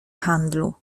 handlu